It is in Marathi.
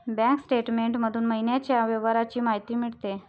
बँक स्टेटमेंट मधून महिन्याच्या व्यवहारांची माहिती मिळते